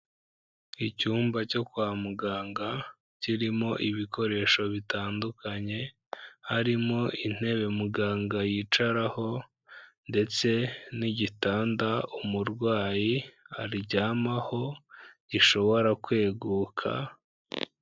Icyumba cyo kwa muganga, kirimo ibikoresho bitandukanye, harimo intebe muganga yicaraho ndetse n'igitanda umurwayi aryamaho, gishobora kweguka.